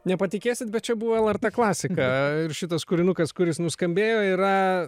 nepatikėsit bet čia buvo lrt klasika ir šitas kūrinukas kuris nuskambėjo yra